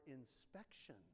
inspection